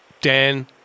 Dan